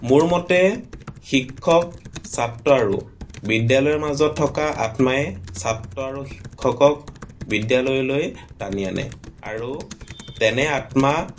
মোৰ মতে শিক্ষক ছাত্ৰ আৰু বিদ্যালয়ৰ মাজত থকা আত্মাই ছাত্ৰ আৰু শিক্ষকক বিদ্যালয়লৈ টানি আনে আৰু তেনে আত্মা